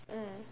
mm